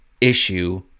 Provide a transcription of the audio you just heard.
issue